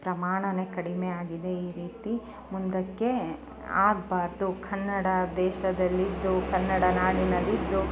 ಪ್ರಮಾಣ ಕಡಿಮೆ ಆಗಿದೆ ಈ ರೀತಿ ಮುಂದಕ್ಕೆ ಆಗಬಾರ್ದು ಕನ್ನಡ ದೇಶದಲ್ಲಿದ್ದು ಕನ್ನಡ ನಾಡಿನಲ್ಲಿದ್ದು